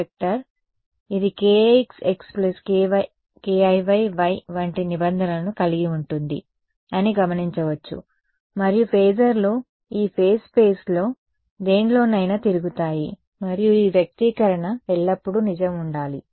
r ఇది kixxkiyy వంటి నిబంధనలను కలిగి ఉంటుంది అని గమనించవచ్చు మరియు ఫేజర్లు ఈఫేజ్ స్పేస్లో దేనిలోనైనా తిరుగుతాయి మరియు ఈ వ్యక్తీకరణ ఎల్లప్పుడూ నిజం ఉండాలి